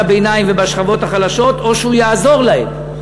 הביניים ובשכבות החלשות או שהוא יעזור להם.